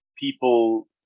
people